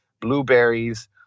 blueberries